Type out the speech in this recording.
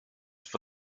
for